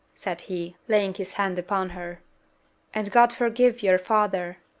said he, laying his hand upon her and god forgive your father!